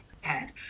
head